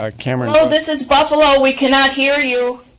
ah cameron hello, this is buffalo! we cannot hear you!